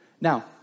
Now